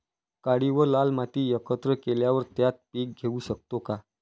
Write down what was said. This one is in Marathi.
काळी व लाल माती एकत्र केल्यावर त्यात पीक घेऊ शकतो का?